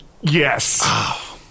Yes